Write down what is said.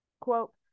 Quote